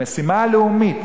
המשימה הלאומית,